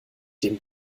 den